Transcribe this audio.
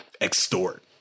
extort